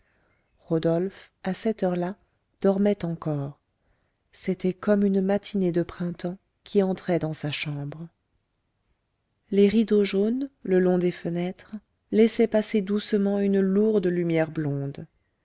rodolphe à cette heure-là dormait encore c'était comme une matinée de printemps qui entrait dans sa chambre les rideaux jaunes le long des fenêtres laissaient passer doucement une lourde lumière blonde